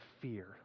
fear